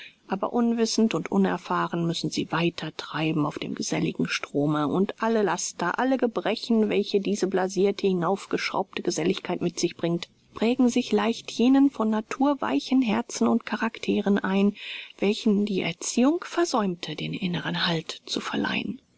aber unwissend und unerfahren müssen sie weiter treiben auf dem geselligen strome und alle laster alle gebrechen welche diese blasirte hinaufgeschraubte geselligkeit mit sich bringt prägen sich leicht jenen von natur weichen herzen und charakteren ein welchen die erziehung versäumte den inneren halt zu verleihen